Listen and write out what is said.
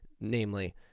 Namely